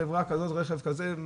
חברה כזאת, רכב כזה.